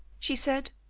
she said,